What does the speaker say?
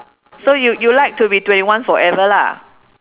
so you you like to be twenty one forever lah